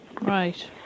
Right